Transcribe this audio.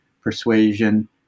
persuasion